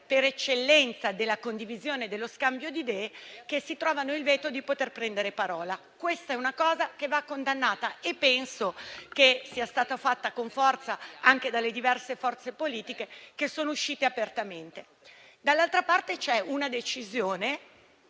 per eccellenza della condivisione e dello scambio di idee e si trovano invece davanti il veto di prendere la parola. Ciò va condannato e penso che sia stato fatto con forza anche dalle diverse forze politiche che sono uscite apertamente. Dall'altra parte c'è però una decisione,